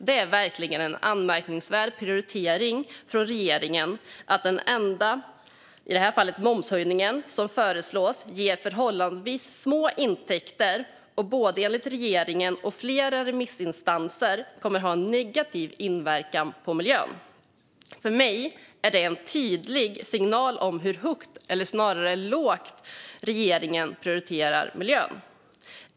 Det är verkligen en anmärkningsvärd prioritering från regeringen att den enda momshöjning som föreslås ger förhållandevis små intäkter och enligt både regeringen och flera remissinstanser kommer att ha en negativ inverkan på miljön. För mig är detta en tydlig signal om hur högt, eller snarare lågt, regeringen prioriterar miljön.